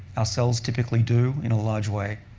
our cells typically do in a large way.